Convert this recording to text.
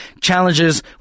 challenges